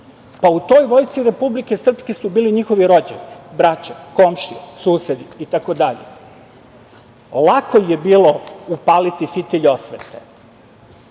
pa u toj vojsci Republike Srpske su bili njihovi rođaci, braća, komšije, susedi itd. lako je bilo upaliti fitilj osvete